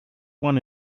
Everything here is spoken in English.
one